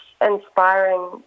inspiring